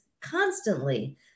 constantly